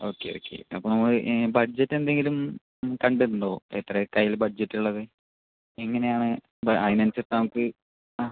okay okay അപ്പം നമുക്ക് ഈ ബഡ്ജറ്റ് എന്തെങ്കിലും കണ്ടിട്ടുണ്ടോ എത്ര ഒക്കെ കയ്യിൽ ബഡ്ജറ്റ് ഉള്ളത് എങ്ങനെ ആണ് അപ്പോൾ അതിന് അനുസരിച്ച് നമുക്ക് ആ